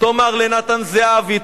תאמר לנתן זהבי,